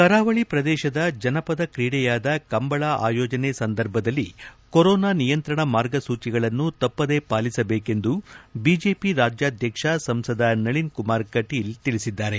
ಕರಾವಳಿ ಪ್ರದೇಶದ ಜನಪದ ಕ್ರೀಡೆಯಾದ ಕಂಬಳ ಆಯೋಜನೆ ಸಂದರ್ಭದಲ್ಲಿ ಕೋರೋನಾ ನಿಯಂತ್ರಣ ಮಾರ್ಗಸೂಚಿಗಳನ್ನು ತಪ್ಪದೇ ಪಾಲಿಸಬೇಕೆಂದು ಬಿಜೆಪಿ ರಾಜ್ಯಾಧ್ಯಕ್ಷ ಸಂಸದ ನಳಿನ್ ಕುಮಾರ್ ಕಟೀಲ್ ತಿಳಿಸಿದ್ದಾರೆ